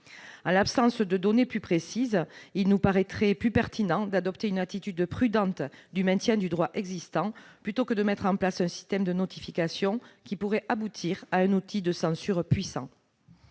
En l'absence de données plus précises, il nous paraît pertinent d'adopter une attitude prudente de maintien du droit existant plutôt que de mettre en place un système de notification qui pourrait aboutir à un outil de censure puissant.